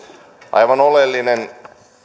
aivan oleellinen